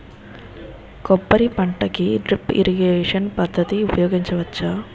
కొబ్బరి పంట కి డ్రిప్ ఇరిగేషన్ పద్ధతి ఉపయగించవచ్చా?